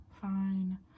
fine